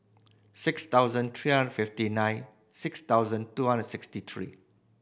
six thousand three hundred fifty nine six thousand two hundred sixty three